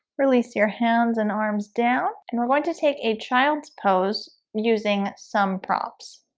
release your hands and arms down and we're going to take a child's pose using some props